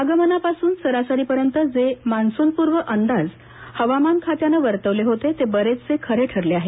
आगमनापासून सरासरीपर्यंत जे मान्सूनपूर्व अंदाज हवामान खात्यानं वर्तवले होते ते बरेचसे खरे ठरले आहेत